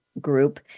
group